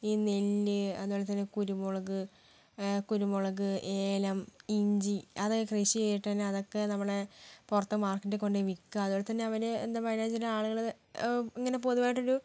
ഈ നെല്ല് അതുപോലെ തന്നെ കുരുമുളക് കുരുമുളക് ഏലം ഇഞ്ചി അതൊക്കെ കൃഷി ചെയ്തിട്ട് തന്നെ അതൊക്കെ നമ്മൾ പുറത്ത് മാർക്കെറ്റിൽ കൊണ്ട് പോയി വിൽക്കുക അതുപോലെ തന്നെ അവന് എന്താ വയനാട് ജില്ല ആളുകൾ ഇങ്ങനെ പൊതുവായിട്ടൊരു